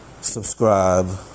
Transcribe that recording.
Subscribe